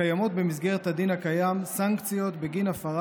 קיימות במסגרת הדין הקיים סנקציות בגין הפרת